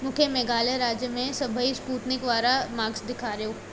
खे मेघालय राज्य में सभई स्पूतनिक वारा मर्कज़ ॾेखारियो